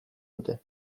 dute